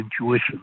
intuition